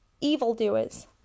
evildoers